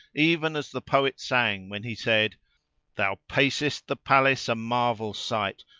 even as the poet sang when he said thou pacest the palace a marvel sight,